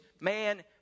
man